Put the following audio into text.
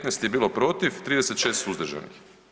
15 je bilo protiv, 36 suzdržanih.